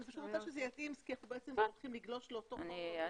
אני רוצה שזה יתאים כי אתם הולכים לגלוש לאותו חוק.